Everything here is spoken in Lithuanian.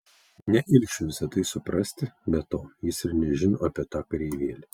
ne ilgšiui visa tai suprasti be to jis ir nežino apie tą kareivėlį